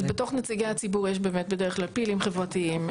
אז בתוך נציגי הציבור יש באמת בדרך כלל פעילים חברתיים,